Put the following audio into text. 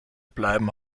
bleiben